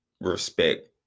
respect